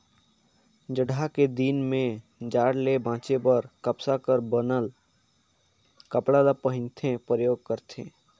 जड़हा के दिन में जाड़ ले बांचे बर कपसा कर बनल कपड़ा ल पहिनथे, परयोग करथे